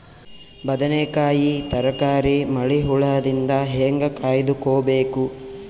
ಬದನೆಕಾಯಿ ತರಕಾರಿ ಮಳಿ ಹುಳಾದಿಂದ ಹೇಂಗ ಕಾಯ್ದುಕೊಬೇಕು?